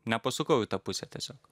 nepasukau į tą pusę tiesiog